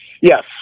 yes